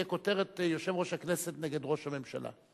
תהיה כותרת: יושב-ראש הכנסת נגד ראש הממשלה.